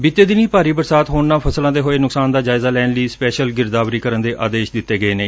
ਬੀਤੇ ਦਿਨੀ ਭਾਰੀ ਬਰਸਾਤ ਹੋਣ ਨਾਲ ਫਸਲਾਂ ਦੇ ਹੋਏ ਨੁਕਸਾਨ ਦਾ ਜਾਇਜ਼ਾ ਲੈਣ ਲਈ ਸਪੈਸ਼ਲ ਗਿਰਦਾਵਰੀ ਕਰਨ ਦੇ ਆਦੇਸ ਦਿੱਤੇ ਗਏ ਨੇ